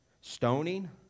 stoning